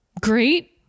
great